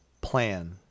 plan